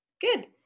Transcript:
good